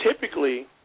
Typically